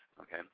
okay